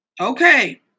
Okay